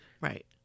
right